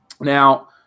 Now